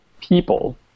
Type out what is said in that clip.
people